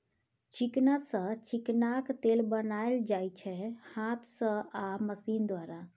चिकना सँ चिकनाक तेल बनाएल जाइ छै हाथ सँ आ मशीन द्वारा